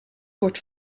wordt